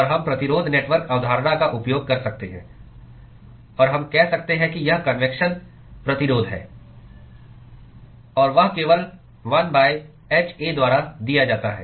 और हम प्रतिरोध नेटवर्क अवधारणा का उपयोग कर सकते हैं और हम कह सकते हैं कि यह कन्वेक्शन प्रतिरोध है और वह केवल 1 hA द्वारा दिया जाता है